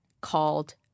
called